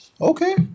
okay